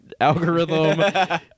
algorithm